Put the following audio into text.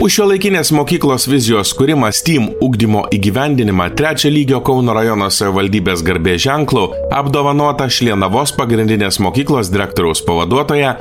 už šiuolaikinės mokyklos vizijos kūrimą stym ugdymo įgyvendinimą trečia lygio kauno rajono savivaldybės garbės ženklu apdovanota šlienavos pagrindinės mokyklos direktoriaus pavaduotoja